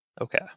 Okay